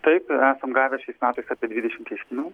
taip esam gavę šiais metais apie dvidešimt ieškinių